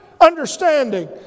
understanding